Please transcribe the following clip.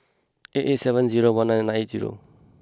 eight eight seven zero one nine eight zero